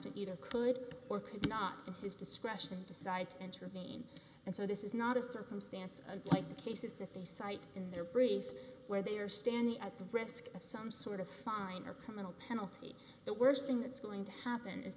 to either could or could not in his discretion decide to intervene and so this is not a circumstance like the cases that they cite in their brief where they are standing at the risk of some sort of fine or criminal penalty the worst thing that's going to happen is